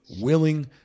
willing